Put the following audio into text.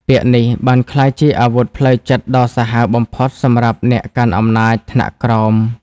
ពាក្យនេះបានក្លាយជាអាវុធផ្លូវចិត្តដ៏សាហាវបំផុតសម្រាប់អ្នកកាន់អំណាចថ្នាក់ក្រោម។